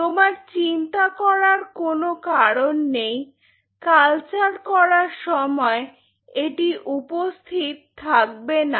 তোমার চিন্তা করার কোনো কারণ নেই কালচার করার সময় এটি উপস্থিত থাকবে না